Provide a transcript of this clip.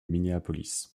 minneapolis